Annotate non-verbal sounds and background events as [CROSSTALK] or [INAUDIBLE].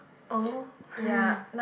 oh [NOISE]